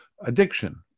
addiction